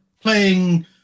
playing